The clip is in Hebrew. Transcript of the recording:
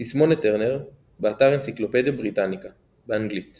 תסמונת טרנר, באתר אנציקלופדיה בריטניקה באנגלית